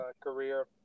career